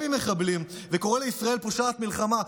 עם מחבלים וקורא לישראל "פושעת מלחמה",